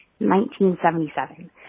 1977